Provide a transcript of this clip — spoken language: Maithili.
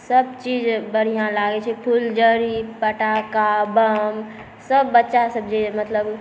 सबचीज बढ़िआँ लागै छै फुलझड़ी पटाखा बम सब बच्चासब जे मतलब